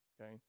okay